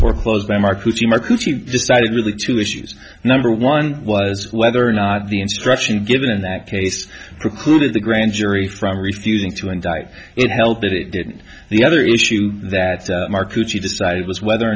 foreclosed by mark who decided really two issues number one was whether or not the instruction given in that case to the grand jury from refusing to indict it helped that it didn't the other issue that he decided was whether or